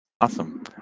Awesome